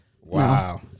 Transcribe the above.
Wow